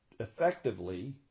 Effectively